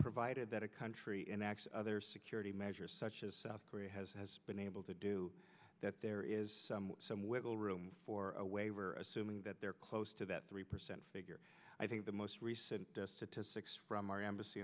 provided that a country enacts other security measures such as south korea has been able to do that there is some wiggle room for a waiver assuming that they're close to that three percent figure i think the most recent statistics from our embassy